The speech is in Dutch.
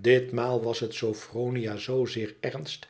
ditmaal was het sophronia zoozeer ernst